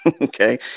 okay